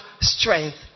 strength